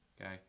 Okay